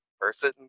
person